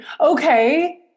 Okay